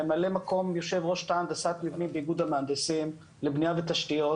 ממלא מקום יושב ראש תא הנדסת מבנים באיגוד המהנדסים לבנייה ותשתיות.